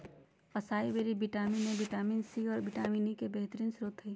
acai berry vitamin A, vitamin C, और vitamin E के बेहतरीन स्त्रोत हई